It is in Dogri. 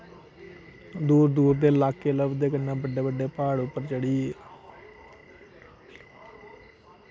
दूर दूर दे लाके लभदे कन्नै बड्डे बड्डे प्हाड़ उप्पर चढ़ियै